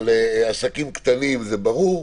על עסקים קטנים זה ברור.